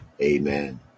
Amen